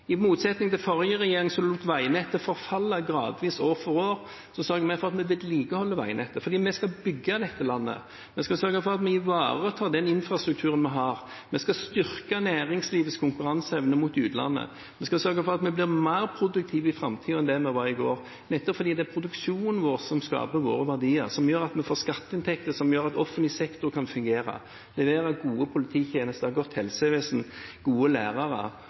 I motsetning til forrige regjering, som lot veinettet forfalle gradvis år for år, sørger vi for at vi vedlikeholder veinettet, fordi vi skal bygge dette landet. Vi skal sørge for at vi ivaretar den infrastrukturen vi har. Vi skal styrke næringslivets konkurranseevne mot utlandet. Vi skal sørge for at vi blir mer produktive i framtiden enn det vi var i går – nettopp fordi det er produksjonen vår som skaper våre verdier, som gjør at vi får skatteinntekter, som gjør at offentlig sektor kan fungere, levere gode polititjenester, et godt helsevesen, gode lærere